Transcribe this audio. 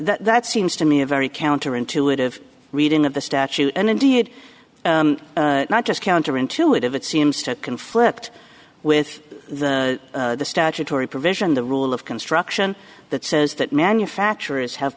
suit that seems to me a very counter intuitive reading of the statute and indeed not just counter intuitive it seems to conflict with the statutory provision the rule of construction that says that manufacturers have